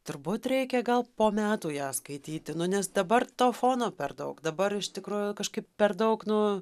turbūt reikia gal po metų ją skaityti nu nes dabar to fono per daug dabar iš tikrųjų kažkaip per daug nu